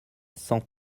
cent